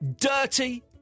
Dirty